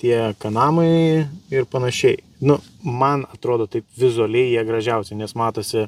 tie kanamai ir panašiai nu man atrodo taip vizualiai jie gražiausi nes matosi